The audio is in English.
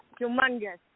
humongous